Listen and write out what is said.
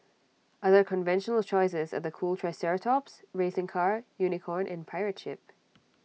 other conventional choices are the cool triceratops racing car unicorn and pirate ship